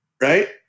Right